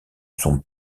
sont